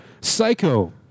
Psycho